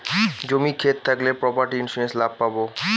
জমি ক্ষেত থাকলে প্রপার্টি ইন্সুরেন্স লাভ পাবো